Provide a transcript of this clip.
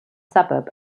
suburb